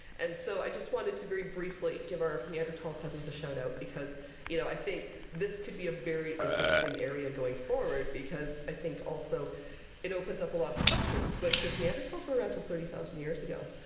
and so i just wanted to very briefly give our neanderthal cousins a shout-out. because you know i think this could be a very interesting area going forward. because i think also it opens up a lot of questions, which is neanderthals were around till thirty thousand years ago.